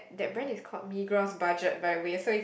that brand is called Migros budget by the way so is